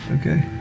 Okay